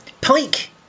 Pike